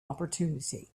opportunity